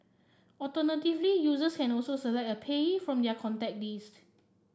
alternatively users can also select a payee from their contact list